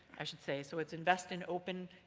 i should say, so it's invest in open,